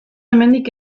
hemendik